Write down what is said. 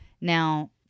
Now